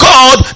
God